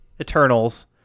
Eternals